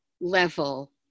level